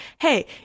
Hey